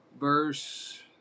verse